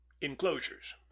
Enclosures